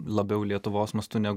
labiau lietuvos mastu negu